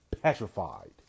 petrified